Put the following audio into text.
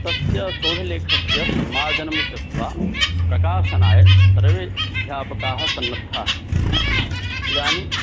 तस्य शोधलेखस्य सम्मार्जनं कृत्वा प्रकाशनाय सर्वे अध्यापकाः सन्नद्धाः सन्ति इदानीं